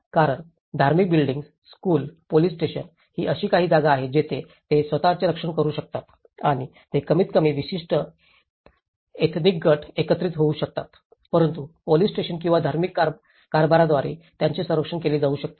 कारण धार्मिक buildings school police station ही अशी काही जागा आहे जिथे ते स्वतःचे संरक्षण करू शकतात आणि ते कमीतकमी विशिष्ट एथनिक गट एकत्रित होऊ शकतात परंतु पोलिस स्टेशन किंवा धार्मिक कारभाराद्वारे त्यांचे संरक्षण केले जाऊ शकते